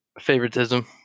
favoritism